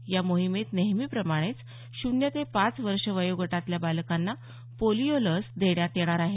या मोहिमेत नेहमीप्रमाणेच शून्य ते पाच वर्ष वयोगटातल्या बालकांना पोलिओ लस देण्यात येणार आहे